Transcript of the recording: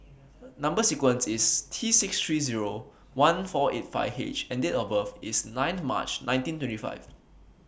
Number sequence IS T six three Zero one four eight five H and Date of birth IS nine March nineteen three five